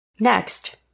Next